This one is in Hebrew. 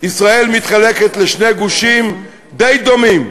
ישראל מתחלקת לשני גושים די דומים,